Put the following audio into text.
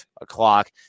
o'clock